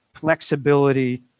flexibility